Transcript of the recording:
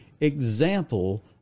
example